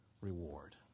reward